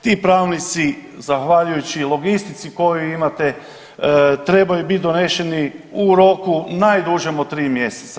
Ti pravilnici zahvaljujući logistici koju imate trebaju biti doneseni u roku najdužem od 3 mjeseca.